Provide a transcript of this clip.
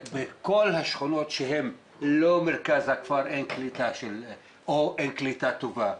בכל השכונות שהן לא מרכז הכפר אין קליטה או אין קליטה טובה.